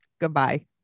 goodbye